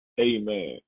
Amen